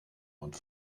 mund